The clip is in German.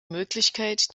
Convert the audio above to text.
möglichkeit